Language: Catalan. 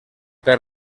per